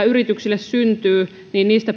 yrityksille syntyy